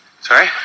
Sorry